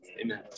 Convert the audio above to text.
Amen